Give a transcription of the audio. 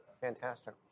fantastic